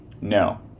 No